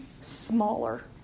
smaller